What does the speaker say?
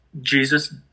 Jesus